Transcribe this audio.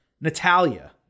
Natalia